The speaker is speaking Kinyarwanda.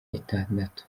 itandatu